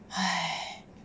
hai